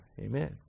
Amen